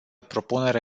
propunere